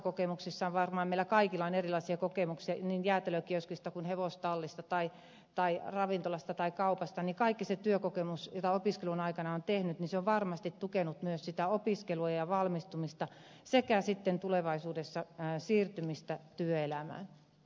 virtasella varmaan meillä kaikilla on erilaisia kokemuksia niin jäätelökioskista kuin hevostallista tai ravintolasta tai kaupasta ja kaikki se työkokemus jota opiskelun aikana on tullut on varmasti tukenut myös opiskelua ja valmistumista sekä sitten tulevaisuudessa siirtymistä työelämään